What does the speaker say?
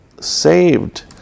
saved